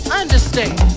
understand